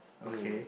okay